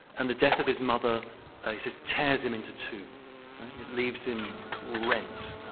and the death of his mother just tears him into two. it leaves him rent,